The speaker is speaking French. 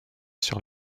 sur